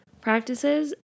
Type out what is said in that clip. practices